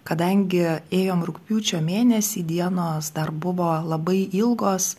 kadangi ėjom rugpjūčio mėnesį dienos dar buvo labai ilgos